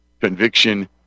conviction